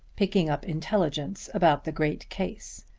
picking up intelligence about the great case,